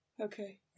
okay